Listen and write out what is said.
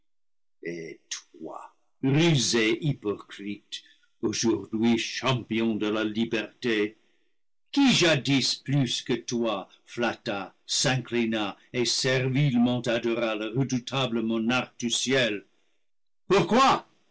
rusé hypocrite aujourd'hui champion de la liberté qui jadis plus que toi flatta s'inclina et servilement adora le redoutable monarque du ciel pour